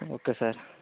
okay sir